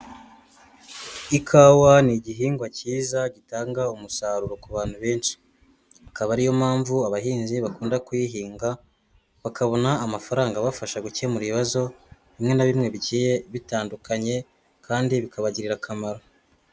Ikawa ni igihingwa cyiza gitanga umusaruro ku bantu benshi, akaba ari yo mpamvu abahinzi bakunda kuyihinga, bakabona amafaranga abafasha gukemura ibibazo bimwe na bimwe bigiye bitandukanye kandi bikabagirira akamaro.